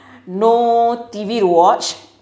no T_V to watch